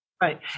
right